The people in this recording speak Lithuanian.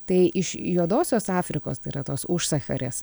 tai iš juodosios afrikos tai yra tos užsacharės